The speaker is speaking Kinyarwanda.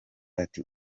ati